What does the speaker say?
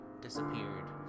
disappeared